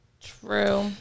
True